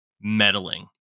meddling